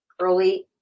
early